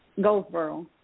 Goldsboro